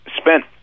spent